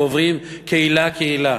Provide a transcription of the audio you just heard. ועוברים קהילה-קהילה,